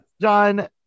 John